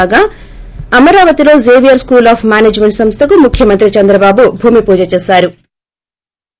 కాగా అమరావతిలో Xavier school of management సంస్దకు ముఖ్యమంత్రి చంద్రబాబు భూమిపూజ చేశారు